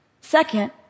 Second